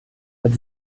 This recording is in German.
hat